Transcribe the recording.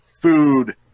food